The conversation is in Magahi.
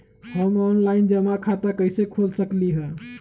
हम ऑनलाइन जमा खाता कईसे खोल सकली ह?